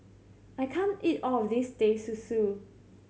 I can't eat all of this Teh Susu